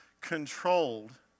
controlled